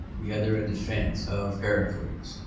the other a defence of pericles,